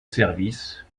services